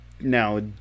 now